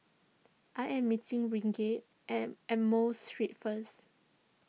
I am meeting at Amoy Street first